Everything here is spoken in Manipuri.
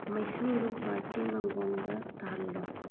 ꯃꯩꯁꯨꯡꯗꯨ ꯄꯥꯔꯇꯤ ꯃꯪꯒꯣꯡꯗ ꯇꯥꯍꯜꯂꯨ